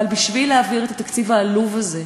אבל בשביל להעביר את התקציב העלוב הזה,